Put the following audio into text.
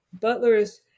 Butler's